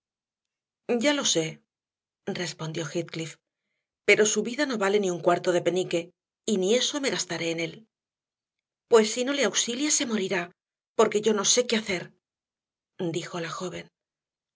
ya lo sé respondió heathcliff pero su vida no vale ni un cuarto de penique y ni eso me gastaré en él pues si no le auxilia se morirá porque yo no sé qué hacer dijo la joven